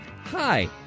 hi